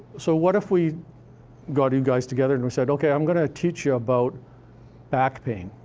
so what if we got you guys together and we said, okay, i'm gonna teach you about back pain.